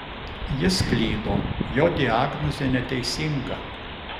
jis klydo jo diagnozė neteisinga